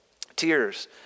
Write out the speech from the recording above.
tears